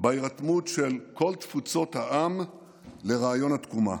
בהירתמות של כל תפוצות העם לרעיון התקומה.